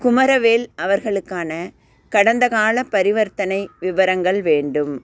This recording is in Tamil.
குமரவேல் அவர்களுக்கான கடந்தக்காலப் பரிவர்த்தனை விவரங்கள் வேண்டும்